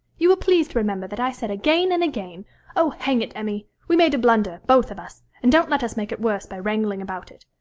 you will please to remember that i said again and again oh, hang it, emmy! we made a blunder, both of us, and don't let us make it worse by wrangling about it.